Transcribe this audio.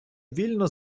вільно